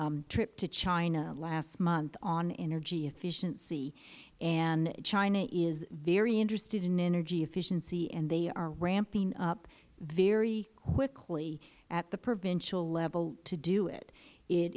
trip to china last month on energy efficiency and china is very interested in energy efficiency and they are ramping up very quickly at the provincial level to do it it